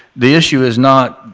the issue is not,